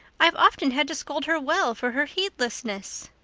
i've often had to scold her well for her heedlessness.